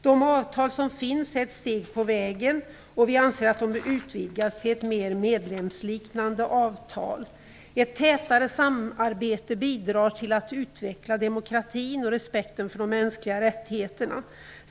De avtal som finns är ett steg på vägen och vi anser att de bör utvidgas till mer medlemsliknande avtal. Ett tätare samarbete bidrar till att utveckla demokratin och respekten för de mänskliga rättigheterna.